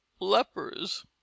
lepers